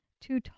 Two